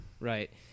Right